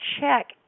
check